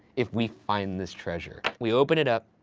if we find this treasure. we open it up,